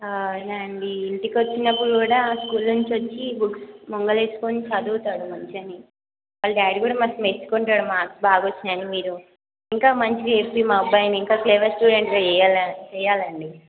అవునా అండి ఇంటికి వచ్చినప్పుడు కూడా స్కూల్ నుంచి వచ్చి బుక్స్ ముందర వేసుకొని చదువుతాడు మంచిగా వాళ్ళ డాడీ కూడా మస్తు మెచ్చుకుంటాడు మార్క్స్ బాగా వచ్చినాయని మీరు ఇంకా మంచిగా చేసి మా అబ్బాయిని ఇంకా క్లెవర్ స్టూడెంట్గా చేయాలి చేయాలండి